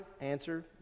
Answer